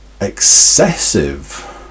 excessive